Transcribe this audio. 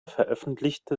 veröffentlichte